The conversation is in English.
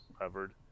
covered